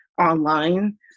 online